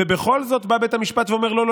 ובכל זאת בא בית המשפט ואומר: לא,